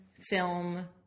film